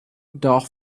doug